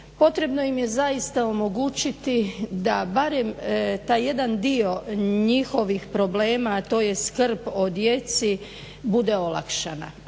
Potrebno im je zaista omogućiti da barem taj jedan dio tih njihovih problema, a to je skrb o djeci bude olakšana.